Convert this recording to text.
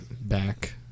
back